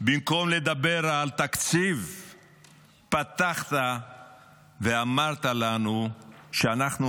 במקום לדבר על תקציב פתחת ואמרת לנו שאנחנו,